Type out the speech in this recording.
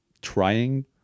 trying